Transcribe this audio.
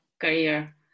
career